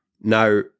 Now